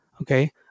okay